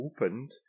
opened